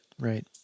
right